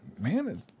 Man